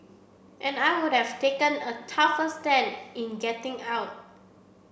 and I would have taken a tougher stand in getting out